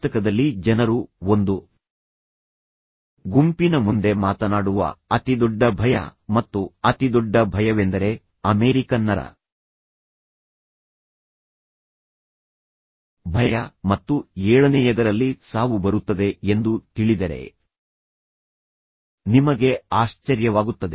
ಪುಸ್ತಕದಲ್ಲಿ ಜನರು ಒಂದು ಗುಂಪಿನ ಮುಂದೆ ಮಾತನಾಡುವ ಅತಿದೊಡ್ಡ ಭಯ ಮತ್ತು ಅತಿದೊಡ್ಡ ಭಯವೆಂದರೆ ಅಮೆರಿಕನ್ನರ ಭಯ ಮತ್ತು ಏಳನೇಯದರಲ್ಲಿ ಸಾವು ಬರುತ್ತದೆ ಎಂದು ತಿಳಿದರೆ ನಿಮಗೆ ಆಶ್ಚರ್ಯವಾಗುತ್ತದೆ